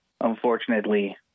unfortunately